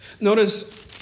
Notice